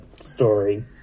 story